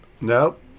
Nope